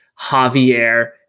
Javier